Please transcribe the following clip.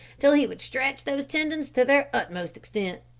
till he would stretch those tendons to their utmost extent.